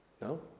No